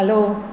hello